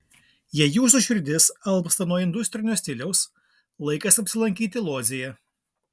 jei jūsų širdis alpsta nuo industrinio stiliaus laikas apsilankyti lodzėje